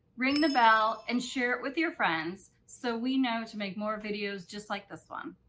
ring the bell, and share it with your friends so we know to make more videos just like this one.